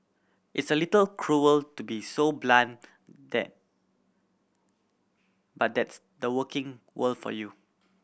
it's a little cruel to be so blunt that but that's the working world for you